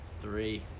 Three